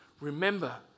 remember